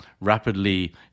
rapidly